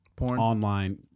online